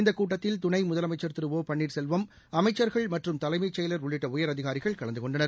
இந்த கூட்டத்தில் துணை முதலமைச்சள் திரு ஒ பள்ளீர்செல்வம் அமைச்சள்கள் மற்றும் தலைமைச் செயலர் உள்ளிட்ட உயரதிகாரிகள் கலந்து கொண்டனர்